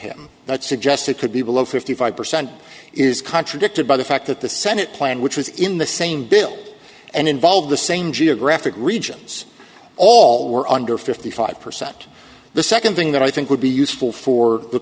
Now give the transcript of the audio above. him that suggests it could be below fifty five percent is contradicted by the fact that the senate plan which was in the same bill and involved the same geographic regions all were under fifty five percent the second thing that i think would be useful for the